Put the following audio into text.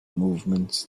movement